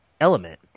element